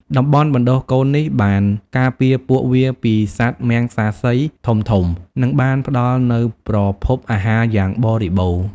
តំបន់បណ្តុះកូននេះបានការពារពួកវាពីសត្វមំសាសីធំៗ និងបានផ្តល់នូវប្រភពអាហារយ៉ាងបរិបូរណ៍។